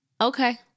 Okay